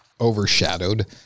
overshadowed